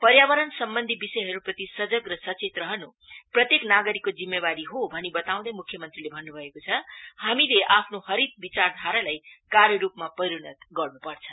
पर्यावरण सम्बन्धी विषयहरूप्रति सजग र सचेत रहनु प्रत्येक नागरिकको जिम्मेवारी हो भनी बताँउदै मुख्य मंत्रीले भन्नु भएको छ हामीले आफ्नो हरित विचारधारालाई कार्यरूपमा परिणत गर्नुपर्छ